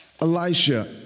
Elisha